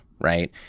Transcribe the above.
Right